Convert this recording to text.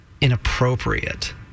inappropriate